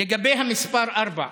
לגבי המספר 4,